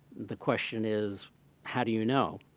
the question is how do you know?